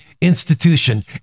institution